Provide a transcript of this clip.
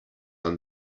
are